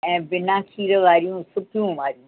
ऐं बिना खीर वारियूं सुकियूं वारियूं